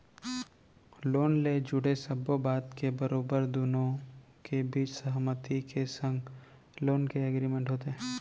loan ले जुड़े सब्बो बात के बरोबर दुनो के बीच सहमति के संग लोन के एग्रीमेंट होथे